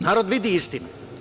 Narod vidi istinu.